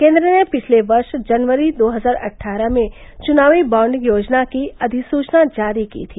केन्द्र ने पिछले वर्ष जनवरी दो हजार अट्ठारह में चुनावी बाँड योजना की अधिसूचना जारी की थी